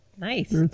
Nice